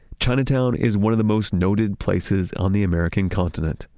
chinatown is one of the most noted places on the american continent.